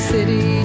City